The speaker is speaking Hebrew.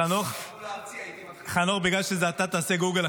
--- חנוך, בגלל שזה אתה, תעשה גוגל.